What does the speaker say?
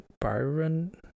Byron